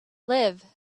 live